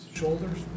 Shoulders